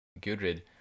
Gudrid